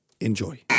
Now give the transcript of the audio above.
Enjoy